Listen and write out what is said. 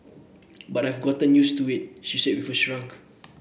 but I've got used to it she said with a shrug